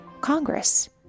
Congress